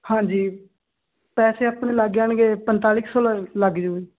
ਹਾਂਜੀ ਪੈਸੇ ਆਪਣੇ ਲੱਗ ਜਾਣਗੇ ਪੰਤਾਲੀ ਕੁ ਸੌ ਲੱਗ ਜੂ